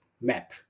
map